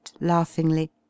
laughingly